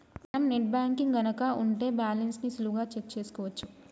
మనం net banking గనక ఉంటే బ్యాలెన్స్ ని సులువుగా చెక్ చేసుకోవచ్చు